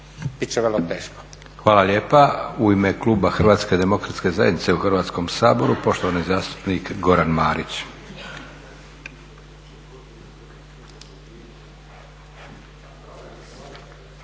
Hvala lijepa. U ime kluba HDZ-a u Hrvatskom saboru poštovani zastupnik Goran Marić.